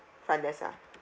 front desk ah